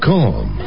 Calm